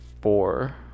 Four